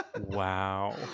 Wow